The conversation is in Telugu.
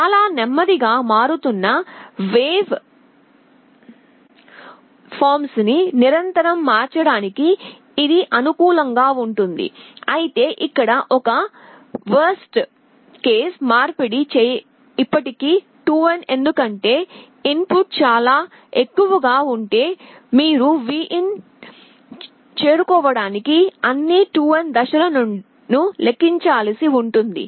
చాలా నెమ్మదిగా మారుతున్న వేవ్ ఫార్మ్ ని నిరంతరం మార్చడానికి ఇది అనుకూలంగా ఉంటుంది అయితే ఇక్కడ ఒక హీన ఘటనలోమార్పిడి ఇప్పటికీ 2n ఎందుకంటే ఇన్ పుట్ చాలా ఎక్కువగా ఉంటే మీరు V in చేరుకోవడానికి అన్ని 2n దశలను లెక్కించాల్సి ఉంటుంది